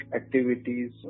activities